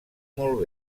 molt